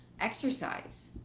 exercise